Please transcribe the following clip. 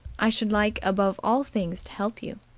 i should like above all things to help you.